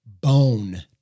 bone